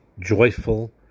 joyful